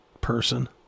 person